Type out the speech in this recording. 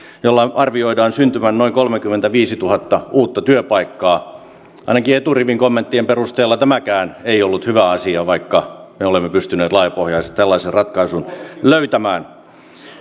jolla arvioidaan syntyvän noin kolmekymmentäviisituhatta uutta työpaikkaa ainakin eturivin kommenttien perusteella tämäkään ei ollut hyvä asia vaikka me olemme pystyneet laajapohjaisesti tällaisen ratkaisun löytämään